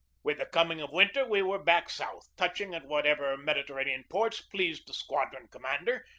with the coming of winter we were back south, touching at whatever mediterranean ports pleased the squadron commander,